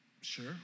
Sure